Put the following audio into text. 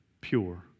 pure